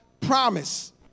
promise